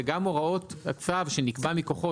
וגם הוראות הצו שנקבע מכוחו,